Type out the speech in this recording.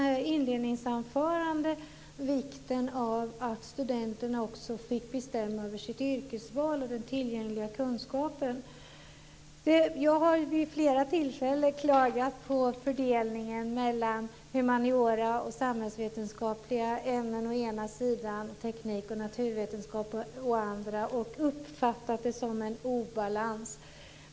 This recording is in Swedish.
Herr talman! Då har jag en sista fråga. Jag nämnde i mitt inledningsanförande vikten av att studenten också fick bestämma över sitt yrkesval och den tillgängliga kunskapen. Jag har vid flera tillfällen klagat på fördelningen mellan humaniora och samhällsvetenskapliga ämnen å ena sidan och teknik och naturvetenskap å den andra och uppfattat det så att det är en obalans.